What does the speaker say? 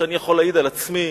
שאני יכול להעיד על עצמי,